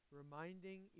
reminding